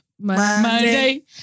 Monday